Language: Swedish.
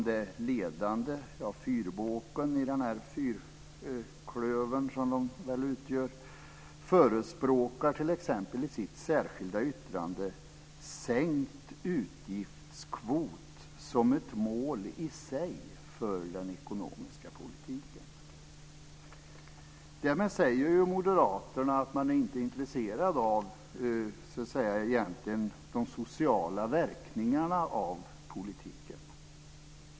Denna fyrbåk i fyrklövern som de utgör förespråkar t.ex. i sitt särskilda yttrande sänkt utgiftskvot som ett mål i sig för den ekonomiska politiken. Därmed säger Moderaterna att de egentligen inte är intresserade av de sociala verkningarna av politiken.